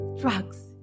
drugs